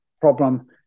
problem